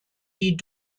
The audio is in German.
die